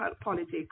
politics